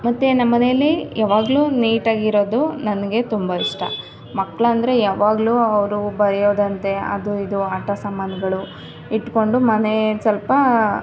ಮತ್ತು ನಮ್ಮ ಮನೆಯಲ್ಲಿ ಯಾವಾಗ್ಲು ನೀಟಾಗಿರೋದು ನನಗೆ ತುಂಬ ಇಷ್ಟ ಮಕ್ಳು ಅಂದರೆ ಯಾವಾಗಲೂ ಅವರು ಬರೆಯೋದಂತೆ ಅದು ಇದು ಆಟ ಸಾಮಾನುಗಳು ಇಟ್ಕೊಂಡು ಮನೆ ಸ್ವಲ್ಪ